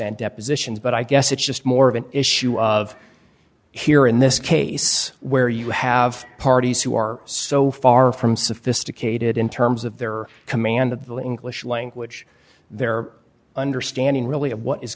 and depositions but i guess it's just more of an issue of here in this case where you have parties who are so far from sophisticated in terms of their command of the english language their understanding really of what is